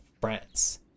France